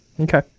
Okay